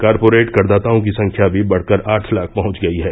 corporate करदाताओं की संख्या भी बढ़कर आठ लाख पहुंच गयी है